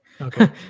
Okay